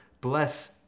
Bless